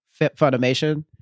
Funimation